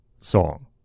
song